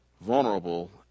vulnerable